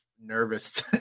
nervous